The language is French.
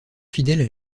fidèles